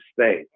states